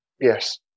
Yes